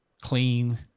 clean